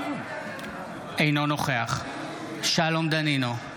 אינו נוכח שלום דנינו,